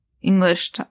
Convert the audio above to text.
English